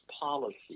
policy